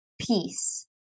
peace